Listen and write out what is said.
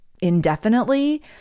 indefinitely